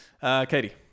Katie